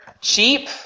cheap